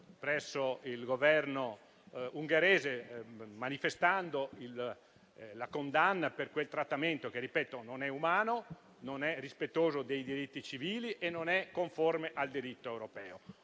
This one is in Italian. presso il Governo ungherese, manifestando la condanna per quel trattamento, che - ripeto - non è umano, non è rispettoso dei diritti civili e non è conforme al diritto europeo.